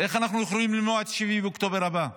איך אנחנו יכולים למנוע את 7 באוקטובר הבא?